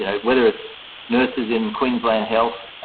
you know whether it's nurses in queensland health,